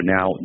Now